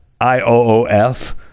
IOOF